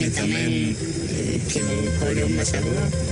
חושבת שאתם לא רק השיקוף הכי משמעותי שלה,